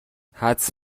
حدس